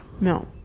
No